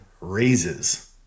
raises